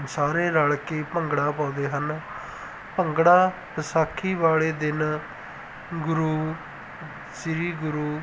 ਸਾਰੇ ਰਲ ਕੇ ਭੰਗੜਾ ਪਾਉਂਦੇ ਹਨ ਭੰਗੜਾ ਵਿਸਾਖੀ ਵਾਲੇ ਦਿਨ ਗੁਰੂ ਸ੍ਰੀ ਗੁਰੂ